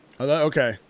okay